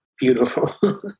Beautiful